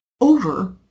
over